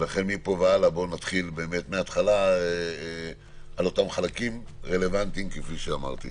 לכן בואו נתחיל מן ההתחלה באותם חלקים רלוונטיים כפי שאמרתי.